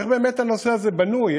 איך הנושא הזה בנוי,